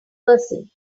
person